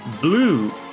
blue